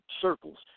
circles